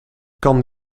kan